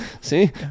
See